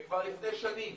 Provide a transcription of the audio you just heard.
כבר לפני שנים,